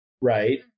right